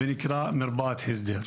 ונקרא מרפאת הסדר,